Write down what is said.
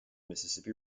mississippi